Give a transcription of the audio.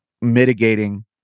mitigating